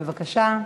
בבקשה.